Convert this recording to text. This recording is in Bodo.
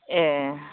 ए